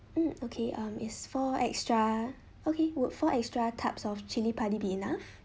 mm okay um is four extra okay would four extra tubs of chilli padi be enough